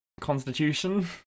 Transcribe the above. constitution